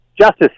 justice